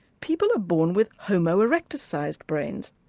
people are born with homo erectus sized brains,